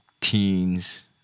teens